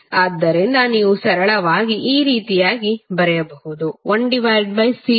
ಆದ್ದರಿಂದ ನೀವು ಸರಳವಾಗಿ ಈ ರೀತಿಯಾಗಿ ಬರೆಯಬಹುದು